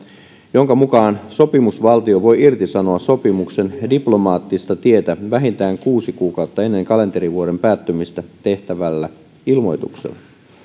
jonka mukaan sopimusvaltio voi irtisanoa sopimuksen diplomaattista tietä vähintään kuusi kuukautta ennen kalenterivuoden päättymistä tehtävällä ilmoituksella